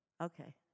Okay